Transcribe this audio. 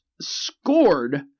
scored